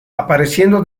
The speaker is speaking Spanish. apareciendo